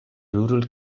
rural